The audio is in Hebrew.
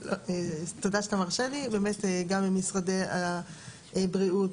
גם עם משרדי הבריאות,